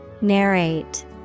Narrate